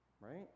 Right